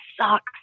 sucks